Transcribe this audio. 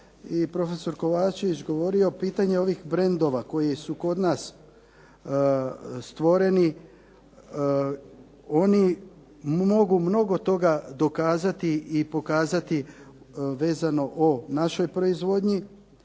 prof. Kovačević govorio, pitanje ovih brendova koji su kod nas stvoreni oni mogu mnogo toga dokazati i pokazati vezano o našoj proizvodnji.